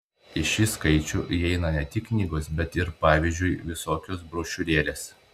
į šį skaičių įeina ne tik knygos bet pavyzdžiui ir visokios brošiūrėlės